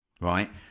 right